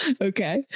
Okay